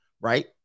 right